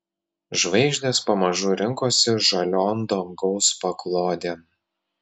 žvaigždės pamažu rinkosi žalion dangaus paklodėn